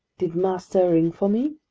did master ring for me?